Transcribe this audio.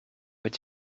with